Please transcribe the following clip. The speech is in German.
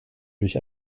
durch